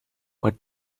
what